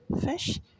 fish